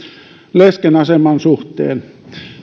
lesken aseman suhteen